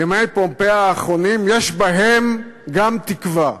ימי פומפיי האחרונים יש בהם גם תקווה,